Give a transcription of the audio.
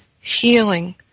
healing